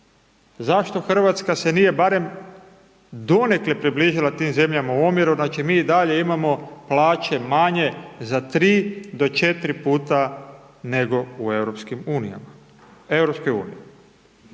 Zašto Hrvatska se nije barem donekle približila tim zemljama u omjeru, znači mi i dalje imamo plaće manje za 3 do 4 puta nego u EU.